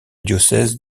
diocèse